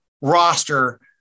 roster